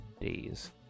days